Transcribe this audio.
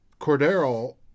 Cordero